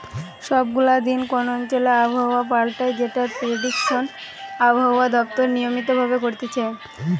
সব গুলা দিন কোন অঞ্চলে আবহাওয়া পাল্টায় যেটার প্রেডিকশন আবহাওয়া দপ্তর নিয়মিত ভাবে করতিছে